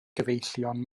gyfeillion